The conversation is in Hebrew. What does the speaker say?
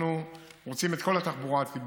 אנחנו רוצים להכניס את כל התחבורה הציבורית